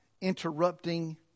interrupting